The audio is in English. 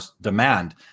demand